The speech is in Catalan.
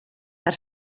per